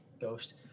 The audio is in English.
ghost